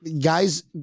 guys